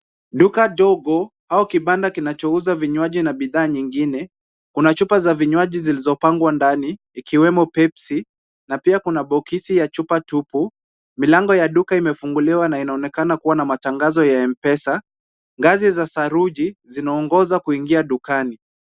Duka dogo au kibanda kinachouza vinywaji na bidhaa nyingine. Kuna chupa za vinywaji zilizopangwa ndani ikiwemo pepsi na pia kuna boksi ya chupa tupu. Milango ya duka imefunguliwa na inaonekana kuwa na matangazo ya mpesa. Ngazi za saruji zinaongoza kuingia dukani.